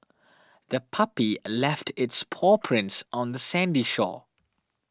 the puppy left its paw prints on the sandy shore